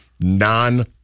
Non